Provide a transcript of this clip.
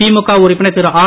திமுக உறுப்பினர் திருஆர்